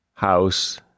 House